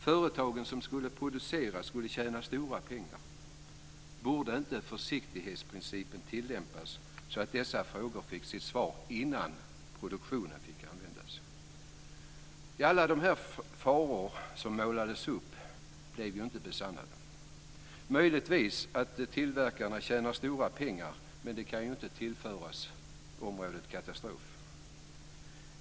Företagen som skulle producera skulle tjäna stora pengar. Borde inte försiktighetsprincipen tillämpas så att dessa frågor fick sitt svar innan produktionen fick startas? Dessa faror som målades upp blev inte besannade - möjligtvis att tillverkarna tjänar stora pengar, men det kan inte tillföras området katastrof.